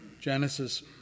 Genesis